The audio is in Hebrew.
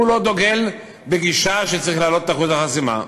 לא דוגל בגישה שצריך להעלות את אחוז החסימה.